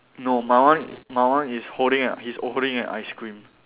no my one my one is holding up he's holding a ice cream